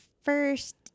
first